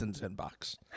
inbox